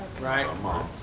Right